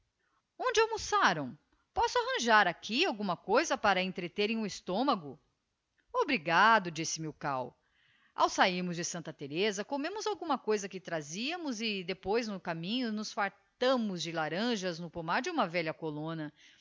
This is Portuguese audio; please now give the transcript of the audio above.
onde almoçaram posso arranjar aqui alguma cousa para entreterem o estômago obrigado disse milkau ao sahirmos de santa thereza comemos alguma coisa que trazíamos e depois no caminho nos fartámos de laranjas no pomar de uma velha colona